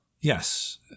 yes